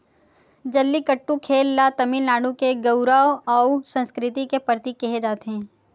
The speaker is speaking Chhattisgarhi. जल्लीकट्टू खेल ल तमिलनाडु के गउरव अउ संस्कृति के परतीक केहे जाथे